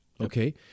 Okay